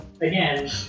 again